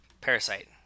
Parasite